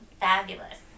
fabulous